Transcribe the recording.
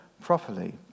properly